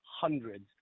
hundreds